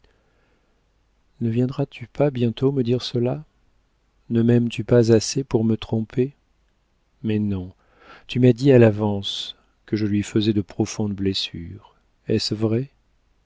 ne viendras-tu pas bientôt me dire cela ne m'aimes-tu pas assez pour me tromper mais non tu m'as dit à l'avance que je lui faisais de profondes blessures est-ce vrai